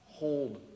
hold